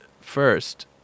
first